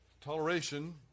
Toleration